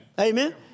Amen